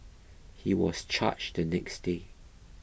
he was charged the next day